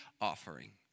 offering